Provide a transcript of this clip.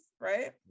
right